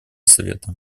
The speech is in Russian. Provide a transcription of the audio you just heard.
совета